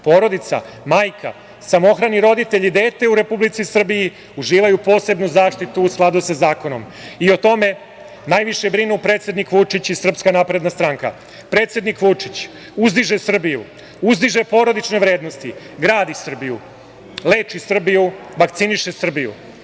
porodica, majka, samohrani roditelj i dete u Republici Srbiji uživaju posebnu zaštitu u skladu sa zakonom. I o tome najviše brinu predsednik Vučić i SNS. Predsednik Vučić uzdiže Srbiju, uzdiže porodične vrednosti, gradi Srbiju, leči Srbiju, vakciniše Srbiju.